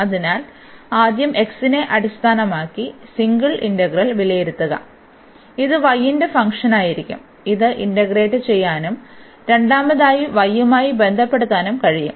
അതിനാൽ ആദ്യം x നെ അടിസ്ഥാനമാക്കി സിംഗിൾ ഇന്റഗ്രൽ വിലയിരുത്തുക ഇത് y ന്റെ ഫംഗ്ഷനായിരിക്കും ഇത് ഇന്റഗ്രേറ്റ് ചെയ്യാനും രണ്ടാമതായി y യുമായി ബന്ധപ്പെടുത്താനും കഴിയും